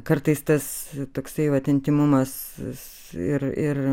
kartais tas toksai vat intymumas ir ir